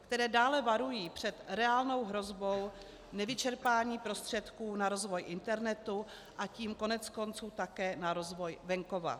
, které dále varují před reálnou hrozbou nevyčerpání prostředků na rozvoj internetu, a tím koneckonců také na rozvoj venkova.